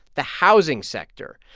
the housing sector.